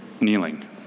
kneeling